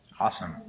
Awesome